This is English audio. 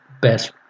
best